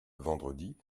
vendredi